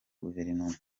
guverinoma